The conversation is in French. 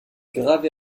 grave